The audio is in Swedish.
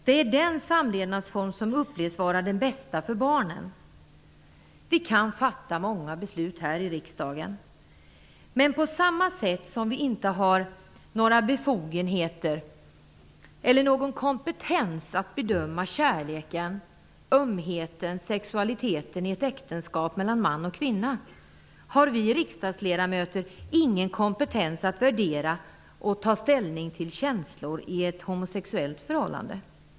Det är den samlevnadsform som uppges vara den bästa för barnen. Vi kan fatta många beslut här i riksdagen. Men på samma sätt som vi inte har några befogenheter eller någon kompetens att bedöma kärleken, ömheten, sexualiteten i ett äktenskap mellan man och kvinna har vi riksdagsledamöter ingen kompetens att värdera och ta ställning till känslor i ett homosexuellt förhållande.